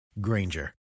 Granger